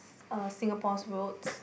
uh Singapore's roads